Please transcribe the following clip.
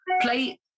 play